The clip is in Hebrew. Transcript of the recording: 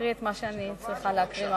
אקריא את מה שאני צריכה להקריא לפרוטוקול: